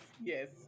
yes